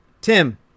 Tim